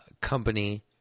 company